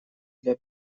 для